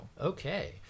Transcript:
Okay